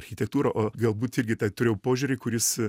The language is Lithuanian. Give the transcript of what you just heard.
architektūra o galbūt irgi tą turėjau požiūrį kuris